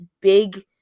big